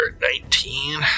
Nineteen